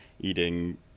eating